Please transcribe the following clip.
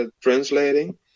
translating